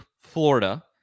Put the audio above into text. Florida